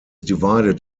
divided